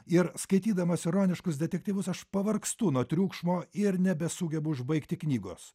ir skaitydamas ironiškus detektyvus aš pavargstu nuo triukšmo ir nebesugebu užbaigti knygos